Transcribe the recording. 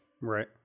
Right